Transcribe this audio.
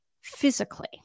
physically